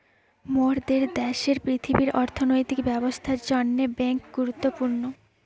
মোরদের দ্যাশের পৃথিবীর অর্থনৈতিক ব্যবস্থার জন্যে বেঙ্ক গুরুত্বপূর্ণ